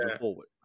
forward